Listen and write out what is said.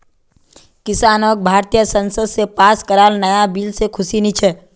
किसानक भारतीय संसद स पास कराल नाया बिल से खुशी नी छे